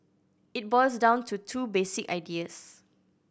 it boils down to two basic ideas